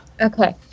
Okay